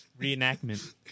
Reenactment